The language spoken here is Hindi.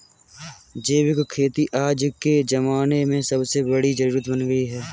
जैविक खेती आज के ज़माने की सबसे बड़ी जरुरत बन गयी है